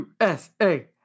USA